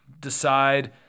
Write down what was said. decide